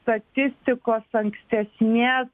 statistikos ankstesnės